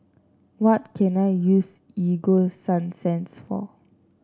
what can I use Ego Sunsense for